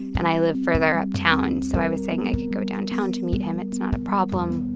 and i live further uptown, so i was saying i could go downtown to meet him. it's not a problem.